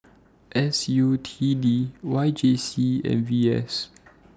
S U T D Y J C and V S